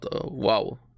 Wow